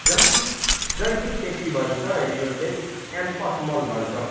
जैविक जैविक खेती भन्छ यो चाहिँ एम्पस मल भन्छ